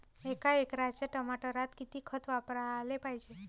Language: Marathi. एका एकराच्या टमाटरात किती खत वापराले पायजे?